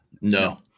No